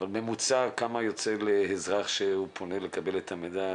אבל בממוצע כמה יוצא לאזרח שהוא פונה לקבל את האזרח?